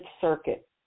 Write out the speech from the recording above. Circuit